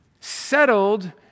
settled